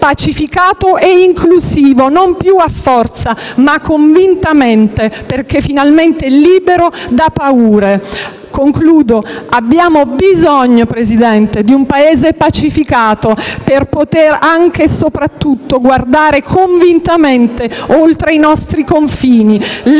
pacificato e inclusivo, non più a forza ma convintamente, perché finalmente libero da paure. Abbiamo bisogno, Presidente, di un Paese pacificato per poter anche e soprattutto guardare convintamente oltre i nostri confini.